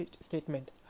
statement